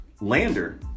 Lander